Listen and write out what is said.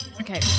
okay